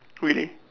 really